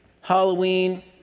Halloween